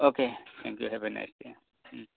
okay thank you have a nice day